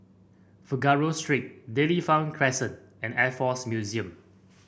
Figaro Street Dairy Farm Crescent and Air Force Museum